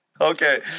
Okay